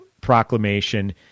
proclamation